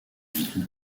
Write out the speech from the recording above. ville